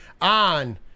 on